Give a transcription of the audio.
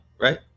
right